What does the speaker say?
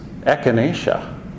echinacea